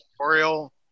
tutorial